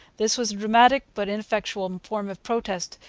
this was a dramatic but ineffectual form of protest,